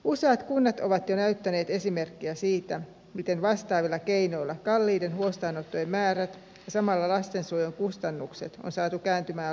useat kunnat ovat jo näyttäneet esimerkkejä siitä miten vastaavilla keinoilla kalliiden huostaanottojen määrät ja samalla lastensuojelun kustannukset on saatu kääntymään laskuun